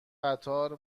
قطار